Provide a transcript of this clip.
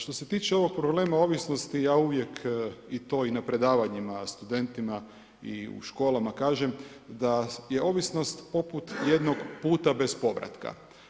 Što se tiče ovog problema ovisnosti, ja uvijek i to i na predavanjima studentima i u školama kažem, da je ovisnost poput jednog puta bez povratka.